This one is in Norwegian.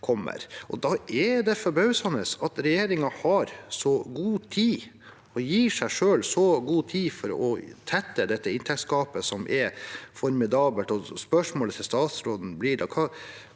Da er det forbausende at regjeringen gir seg selv så god tid for å tette dette inntektsgapet, som er formidabelt. Spørsmålet til statsråden blir da: